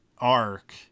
arc